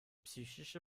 psychische